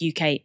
UK